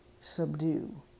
subdue